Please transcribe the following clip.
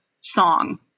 song